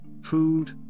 food